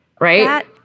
Right